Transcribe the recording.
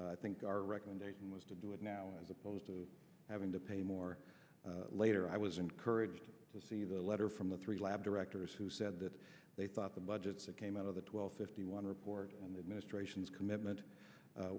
i think our recommendation was to do it now as opposed to having to pay more later i was encouraged to see the letter from the three lab directors who said that they thought the budgets that came out of the twelve fifty one report and the administration's commitment